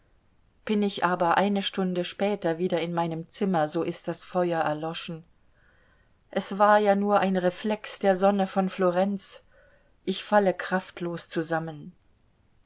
bin ich aber eine stunde später wieder in meinem zimmer so ist das feuer erloschen es war ja nur ein reflex der sonne von florenz ich falle kraftlos zusammen